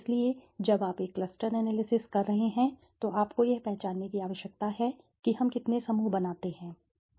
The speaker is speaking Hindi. इसलिए जब आप एक क्लस्टर एनालिसिस कर रहे हैं तो आपको यह पहचानने की आवश्यकता है कि हम कितने समूह बनाते हैं